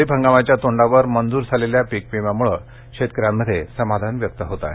खरीप हंगामाच्या तोंडावर मंजूर झालेल्या पीक विम्यामुळे शेतकऱ्यांमध्ये समाधान व्यक्त होत आहे